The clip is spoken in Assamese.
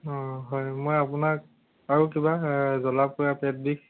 অঁ হয় মই আপোনাক আৰু কিবা জ্বলা পোৰা পেটবিষ